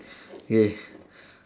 K